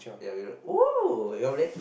ya we were !whoo! you wanna play